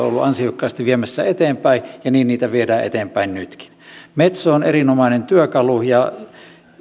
ministerinä on ollut ansiokkaasti viemässä eteenpäin ja niin niitä viedään eteenpäin nytkin metso on erinomainen työkalu ja